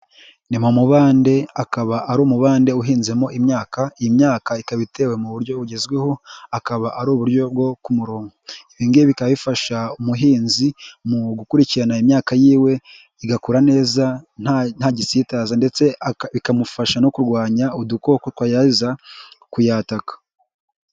Ni mu mubande akaba ari umubande uhinzemo imyaka. Iyi myaka ikaba itewe mu buryo bugezweho, akaba ari uburyo bwo ku murongo. Ibi ngibi bikaba bifasha umuhinzi mu gukurikirana imyaka yiwe igakura neza nta gisitaza ndetse ikamufasha no kurwanya udukoko twagerageza kuyataka.